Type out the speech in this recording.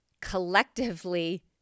collectively